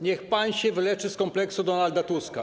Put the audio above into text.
Niech pan się wyleczy z kompleksu Donalda Tuska.